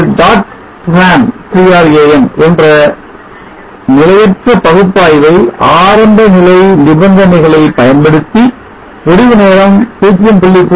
ஒரு dot Tran என்ற நிலையற்ற பகுப்பாய்வை ஆரம்பநிலை நிபந்தனைகளை பயன்படுத்தி முடிவு நேரம் 0